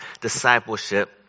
discipleship